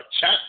chat